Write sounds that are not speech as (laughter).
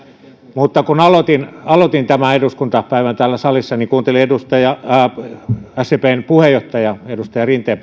kun aloitin aloitin tämän eduskuntapäivän täällä salissa niin kuuntelin sdpn puheenjohtaja edustaja rinteen (unintelligible)